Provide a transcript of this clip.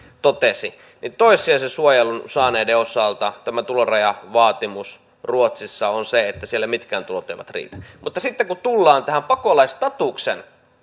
totesi että toissijaisen suojelun saaneiden osalta tämä tulorajavaatimus ruotsissa on se että siellä mitkään tulot eivät riitä mutta sitten kun tullaan näihin pakolaisstatuksen